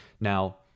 Now